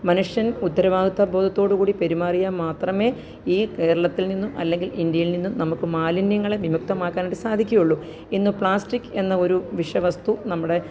മനുഷ്യന് ഉത്തരവാദിത്ത ബോധത്തോടു കൂടി പെരുമാറിയാൽ മാത്രമേ ഈ കേരളത്തില് നിന്നും അല്ലെങ്കില് ഇന്ത്യയില് നിന്നും നമുക്ക് മാലിന്യങ്ങളെ വിമുക്തമാക്കാനായിട്ട് സാധിക്കുകയുള്ളൂ ഇന്ന് പ്ലാസ്റ്റിക് എന്ന ഒരു വിഷ വസ്തു നമ്മുടെ